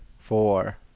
four